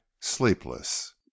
sleepless